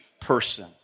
person